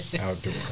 outdoor